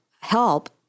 help